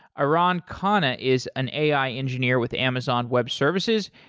aran khanna is an ai engineer with amazon web services,